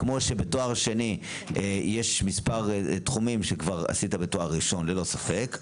כמו שבתואר שני יש מספר תחומים שכבר עשית בתואר ראשון ללא ספק,